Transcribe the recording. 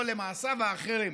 או למעשיו האחרים,